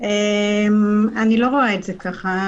אני לא רואה את זה ככה.